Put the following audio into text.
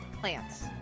plants